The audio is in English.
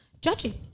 judging